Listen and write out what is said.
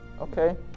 okay